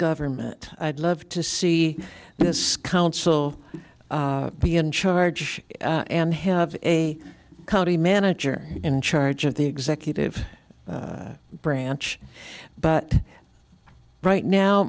government i'd love to see this council be in charge and have a county manager in charge of the executive branch but right now